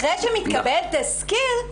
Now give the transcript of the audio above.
אחרי שמתקבל תסקיר,